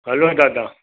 हलो दादा